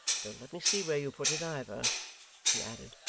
don't let me see where you put it either he added,